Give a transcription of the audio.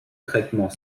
traitement